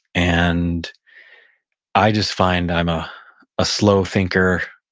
and i just find i'm a ah slow thinker,